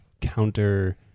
counter